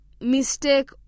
mistake